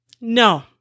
No